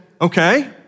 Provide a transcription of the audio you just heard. okay